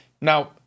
Now